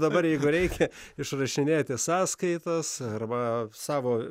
dabar jeigu reikia išrašinėti sąskaitas arba savo